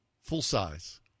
Full-size